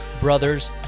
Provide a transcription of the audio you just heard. Brothers